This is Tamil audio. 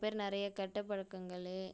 பேர் நிறைய கெட்ட பழக்கங்களும்